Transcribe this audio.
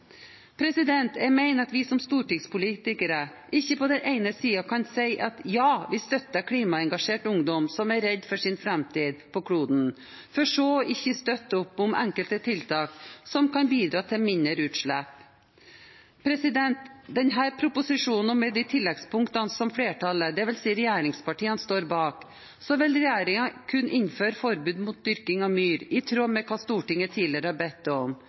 Jeg mener at vi som stortingspolitikere ikke på den ene siden kan si at vi støtter klimaengasjerte ungdom som er redde for sin fremtid på kloden, for så ikke å støtte opp om enkelte tiltak som kan bidra til mindre utslipp. Med denne proposisjonen og de tilleggspunkter som flertallet, det vil si regjeringspartiene, står bak, vil regjeringen kunne innføre forbud mot dyrking av myr i tråd med hva Stortinget tidligere har bedt om.